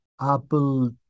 Apple